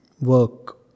work